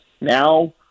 Now